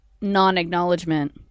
non-acknowledgement